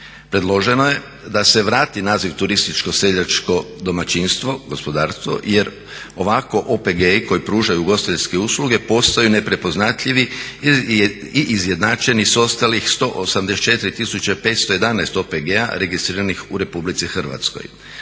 Predloženo je da se vrati naziv turističko seljačko domaćinstvo, gospodarstvo jer ovako OPG-i koji pružaju ugostiteljske usluge postaju neprepoznatljivi i izjednačeni sa ostalih 184 tisuće 511 OPG-a registriranih u Republici Hrvatskoj.